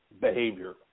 behavior